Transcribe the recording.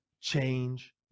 change